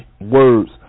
words